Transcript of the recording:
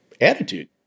attitude